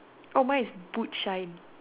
oh mine is boot shine